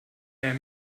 der